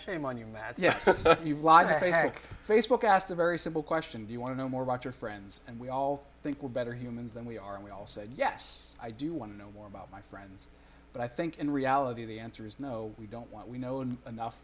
shame on you that yes facebook asked a very simple question do you want to know more about your friends and we all think we're better humans than we are and we all said yes i do want to know more about my friends but i think in reality the answer is no we don't what we know and enough